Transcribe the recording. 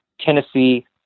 Tennessee